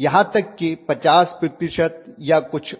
यहां तक कि 50 प्रतिशत या कुछ और